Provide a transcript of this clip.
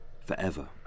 forever